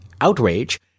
Outrage